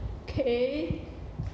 okay